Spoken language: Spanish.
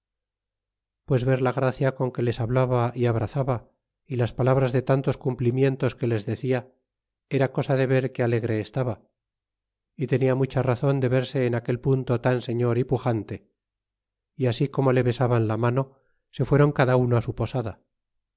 pues ver la gracia con que les hablaba y abrazaba y las palabras de tantos cumplimientos que les decia era cosa de ver qué alegre estaba y tenia mucha razon de verse en aquel punto tan señor y pujante y así como le besaban la mano se fueron cada uno su posada